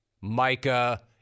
Micah